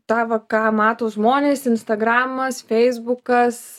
tą va ką mato žmonės instagramas feisbukas